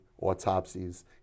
autopsies